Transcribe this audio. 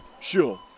sure